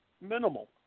minimal